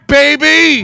baby